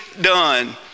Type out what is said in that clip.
done